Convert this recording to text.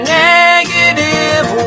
negative